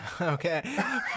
okay